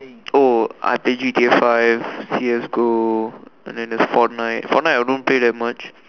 oh I play G_T_A five C_S go and then the fortnite fortnite I don't play that much